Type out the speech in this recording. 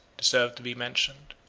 deserve to be mentioned.